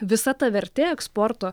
visa ta vertė eksporto